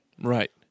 Right